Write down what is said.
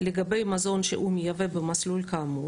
לגבי מזון שהוא מייבא במסלול כאמור,